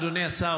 אדוני השר,